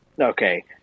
okay